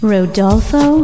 Rodolfo